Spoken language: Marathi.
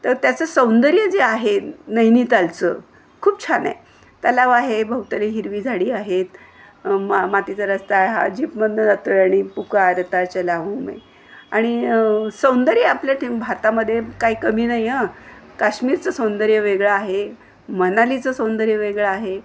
तर त्याचं सौंदर्य जे आहे नैनीतालचं खूप छानं आहे तलाव आहे भोवताली हिरवी झाडी आहे मा मातीचा रस्ता हा जिपमधून जातो आहे आणि पुकारता चला हूँ मैं आणि सौंदर्य आपल्या ठे भातामध्ये काय कमी नाही हं काश्मीरचं सौंदर्य वेगळं आहे मनालीचं सौंदर्य वेगळं आहे